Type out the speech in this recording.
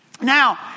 Now